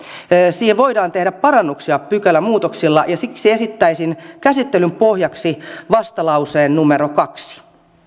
siihen voidaan tehdä parannuksia pykälämuutoksilla ja siksi esittäisin käsittelyn pohjaksi vastalauseen numero kaksi